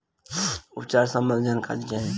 उपचार सबंधी जानकारी चाही?